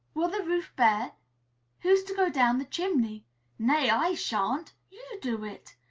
will the roof bear who's to go down the chimney nay, i sha'n't! you do it!